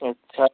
अच्छा